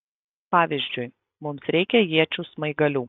pavyzdžiui mums reikia iečių smaigalių